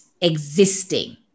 existing